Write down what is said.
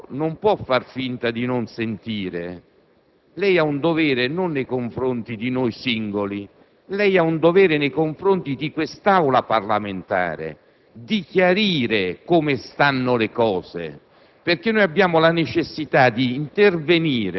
Lei, signor Ministro, non può far finta di non sentire. Lei ha il dovere, non nei confronti di noi singoli, ma nei confronti di quest'Aula parlamentare, di chiarire come stanno le cose,